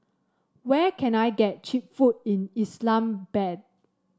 where can I get cheap food in Islamabad